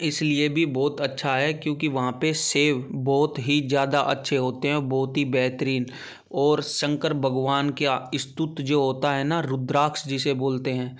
इसलिए भी बहुत अच्छा है क्योंकि वहाँ पर सेब बहुत ही ज़्यादा अच्छे होते हैं बहुत ही बेहतरीन और शंकर भगवान क्या इस्तुत जो होता है न रुद्राक्ष जिसे बोलते हैं